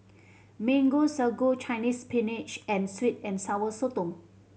Mango Sago Chinese Spinach and sweet and Sour Sotong